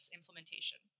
implementation